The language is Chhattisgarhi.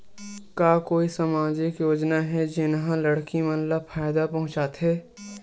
का कोई समाजिक योजना हे, जेन हा लड़की मन ला फायदा पहुंचाथे?